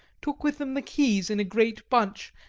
took with them the keys in a great bunch,